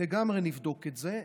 לגמרי נבדוק את זה.